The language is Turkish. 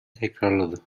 tekrarladı